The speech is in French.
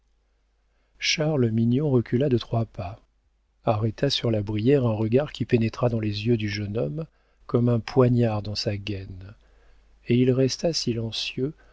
charles mignon recula de trois pas arrêta sur la brière un regard qui pénétra dans les yeux du jeune homme comme un poignard dans sa gaîne et il resta silencieux